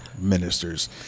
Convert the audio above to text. ministers